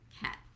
cat